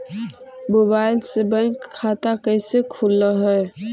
Mobile से bank खाता कैसे खुल है?